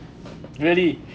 really